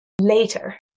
later